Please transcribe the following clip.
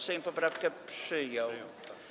Sejm poprawkę przyjął.